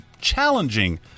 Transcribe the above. challenging